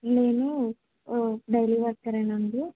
నేను daily worker అండి